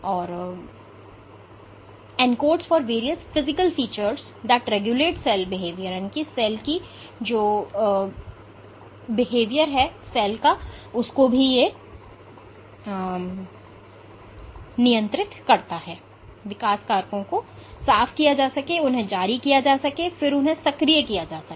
तो आपको अन्य कोशिकाओं द्वारा संकेतों की आवश्यकता होती है ताकि वास्तव में विकास कारकों को साफ किया जा सके और उन्हें जारी किया जा सके और फिर उन्हें सक्रिय किया जा सके